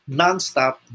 non-stop